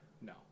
No